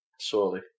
Surely